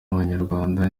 abanyarwanda